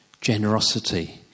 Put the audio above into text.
generosity